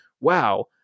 wow